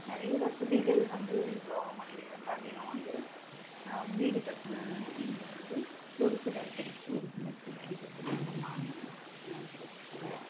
நிறைய வசதிகள் வந்து கவர்மெண்ட்டில் இருந்தாலேயும் வந்து வீடு கட்டுற இதை வந்து ஒரு சிலருக்கு கிடைக்குது ஒரு சிலருக்கு கிடைக்கிறதில்லை அந்த அதெல்லாம் கிடைக்கிறதில்லை